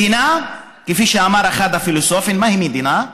כפי שאמר אחד הפילוסופים, מהי מדינה?